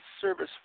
service